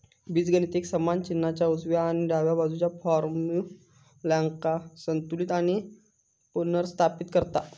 बीजगणित एक समान चिन्हाच्या उजव्या आणि डाव्या बाजुच्या फार्म्युल्यांका संतुलित आणि पुनर्स्थापित करता